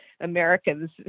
Americans